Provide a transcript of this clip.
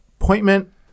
appointment